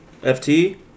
FT